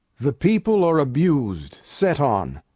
the people are abus'd set on.